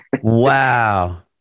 Wow